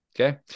Okay